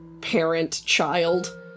parent-child